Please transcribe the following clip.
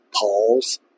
Paul's